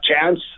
chance